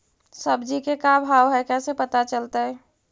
सब्जी के का भाव है कैसे पता चलतै?